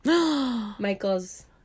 Michael's